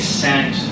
sent